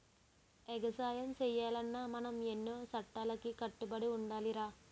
ఎగసాయం సెయ్యాలన్నా మనం ఎన్నో సట్టాలకి కట్టుబడి ఉండాలిరా